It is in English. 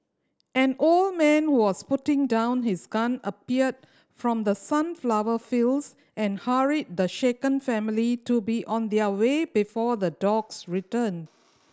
an old man who was putting down his gun appeared from the sunflower fields and hurried the shaken family to be on their way before the dogs return